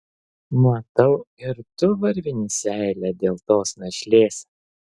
matau ir tu varvini seilę dėl tos našlės